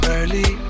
Early